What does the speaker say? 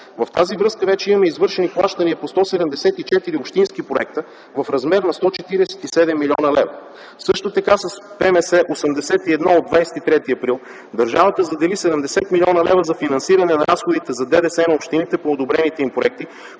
В тази връзка вече имаме извършени плащания по 174 общински проекта в размер на 147 млн. лв. Също така с Постановление № 81 на Министерския съвет от 23 април държавата задели 70 млн. лв. за финансиране на разходите за ДДС на общините по одобрените им проекти,